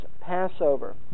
Passover